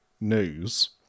news